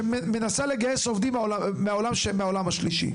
שמנסה לגייס עובדים מהעולם השלישי.